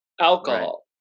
alcohol